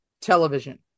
television